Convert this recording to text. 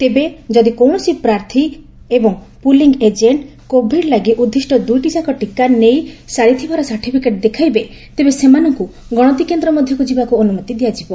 ତେବେ ଯଦି କୌଣସି ପ୍ରାର୍ଥୀ ଏବଂ ପୁଲି ଏଜେଣ୍ଟ କୋଭିଡ ଲାଗି ଉଦ୍ଦିଷ୍ଟ ଦୁଇଟି ଯାକ ଟିକା ନେଇ ସାରିଥିବାର ସାର୍ଟିଫିକେଟ ଦେଖାଇବେ ତେବେ ସେମାନଙ୍କୁ ଗଣତି କେନ୍ଦ୍ର ମଧ୍ୟକୁ ଯିବାକୁ ଅନୁମତି ଦିଆଯିବ